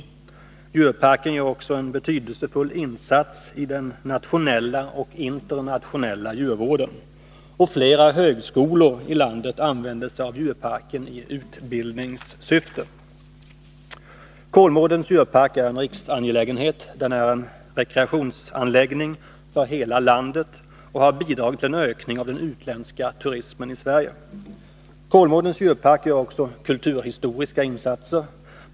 kerna Djurparken gör också en betydelsefull insats i den nationella och internationella djurvården, och flera högskolor i landet använder sig av djurparken i utbildningssyfte. Kolmårdens djurpark är en riksangelägenhet. Den är rekreationsanläggning för hela landet och har bidragit till en ökning av den utländska turismen i Sverige. Kolmårdens djurpark gör också kulturhistoriska insatser.